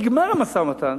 נגמר המשא-ומתן,